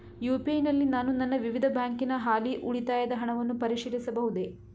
UPI ನಲ್ಲಿ ನಾನು ನನ್ನ ವಿವಿಧ ಬ್ಯಾಂಕಿನ ಹಾಲಿ ಉಳಿತಾಯದ ಹಣವನ್ನು ಪರಿಶೀಲಿಸಬಹುದೇ?